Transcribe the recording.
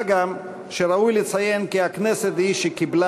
מה גם שראוי לציין כי הכנסת היא שקיבלה